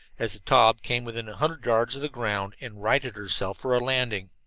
as the taube came within a hundred yards of the ground and righted herself for a landing.